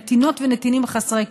נתינות ונתינים חסרי כוח.